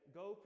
go